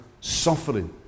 suffering